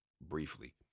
briefly